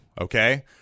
okay